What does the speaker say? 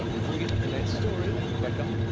but before we get into tonight's story, welcome.